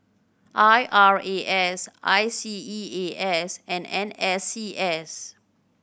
I R A S I C E A S and N S C S